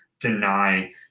deny